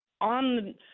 on